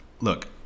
Look